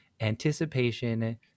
anticipation